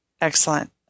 Excellent